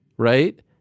Right